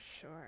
sure